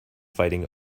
fighting